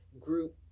group